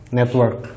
network